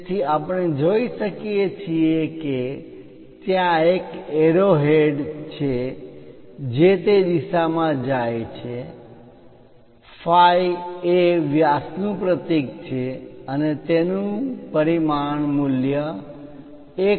તેથી આપણે જોઈ શકીએ છીએ કે ત્યાં એક એરોહેડ છે જે તે દિશામાં જાય છે "phi" એ વ્યાસનું પ્રતીક છે અને તેનું પરિમાણ મૂલ્ય 1